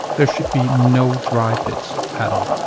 there should be no dry bits at all.